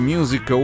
Music